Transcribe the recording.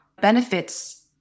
benefits